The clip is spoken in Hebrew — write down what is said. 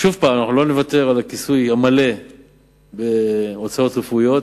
שוב, לא נוותר על הכיסוי המלא בהוצאות רפואיות.